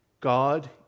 God